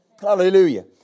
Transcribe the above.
Hallelujah